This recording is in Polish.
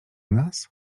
nas